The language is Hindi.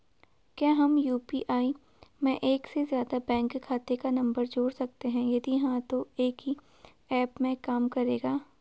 क्या हम यु.पी.आई में एक से ज़्यादा बैंक खाते का नम्बर जोड़ सकते हैं यदि हाँ तो एक ही ऐप में काम करेगा?